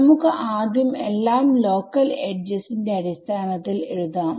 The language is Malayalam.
നമുക്ക് ആദ്യം എല്ലാം ലോക്കൽ എഡ്ജസ്ന്റെ അടിസ്ഥനത്തിൽ എഴുതാം